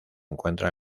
encuentra